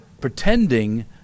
pretending